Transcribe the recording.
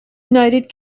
united